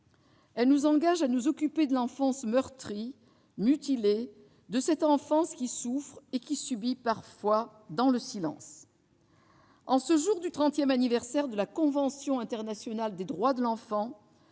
Elle nous engage à nous occuper de l'enfance meurtrie, mutilée, de cette enfance qui souffre et subit parfois dans le silence. En ce jour du trentième anniversaire de la convention internationale des droits de l'enfant,